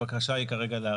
הבקשה כרגע,